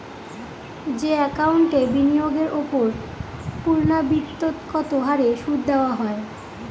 যে একাউন্টে বিনিয়োগের ওপর পূর্ণ্যাবৃত্তৎকত হারে সুদ দেওয়া হয়